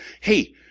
hey